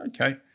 okay